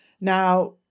Now